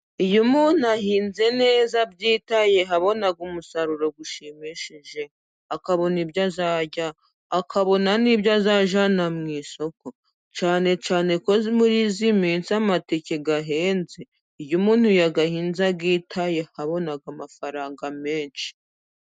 Iyo umuntu ahinze neza abyitayeho abona umusaruro ushimishije, akabona ibyo azarya, akabona n'ibyo azajyana mu isoko, cyane cyane ko muri iyi minsi amateke ahenze, iyo umuntu yayahinze abyitayeha abona amafaranga menshi.